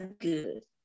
good